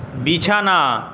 বিছানা